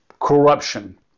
corruption